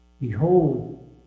Behold